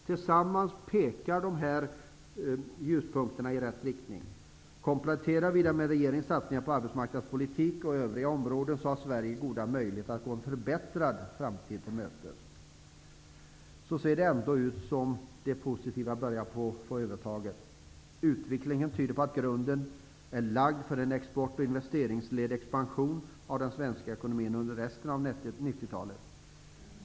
Tillsammans pekar dessa ljuspunkter i rätt riktning. Kompletterar vi dem med regeringens satsningar på arbetsmarknadspolitik och övriga områden, har Sverige goda möjligheter att gå en förbättrad framtid till mötes. Så ser det ändå ut som om det positiva börjar få övertaget. Utvecklingen tyder på att grunden är lagd för en export och investeringsledd expansion i den svenska ekonomin under resten av 1990-talet.